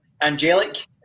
angelic